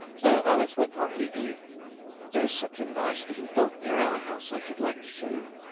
so alice went on eagerly there is such a nice little dog near our house i should like to show you!